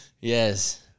yes